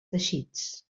teixits